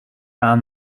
aan